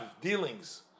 dealings